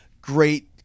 great